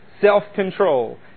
self-control